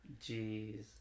Jeez